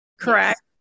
correct